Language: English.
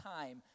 time